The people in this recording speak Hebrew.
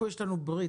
אנחנו, יש לנו ברית.